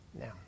Now